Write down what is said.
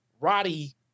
Roddy